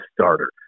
starter